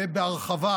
ובהרחבה,